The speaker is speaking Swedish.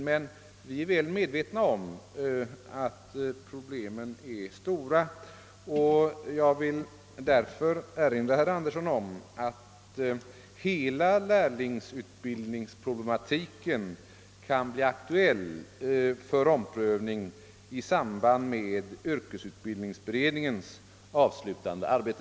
Vi är emellertid väl medvetna om att problemen är stora och jag vill därför erinra herr Andersson om att hela lärlingsutbildningsproblematiken kan bli aktuell för omprövning i samband med yrkesutbildningsberedningens avslutande arbete.